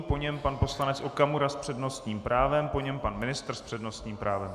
Po něm pan poslanec Okamura s přednostním právem, po něm pan ministr s přednostním právem.